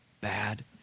bad